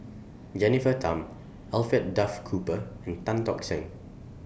Jennifer Tham Alfred Duff Cooper and Tan Tock Seng